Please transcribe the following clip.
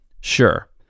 Sure